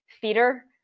feeder